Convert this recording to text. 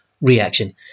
reaction